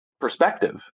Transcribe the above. perspective